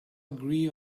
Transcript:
agree